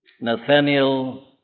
Nathaniel